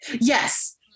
Yes